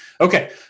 Okay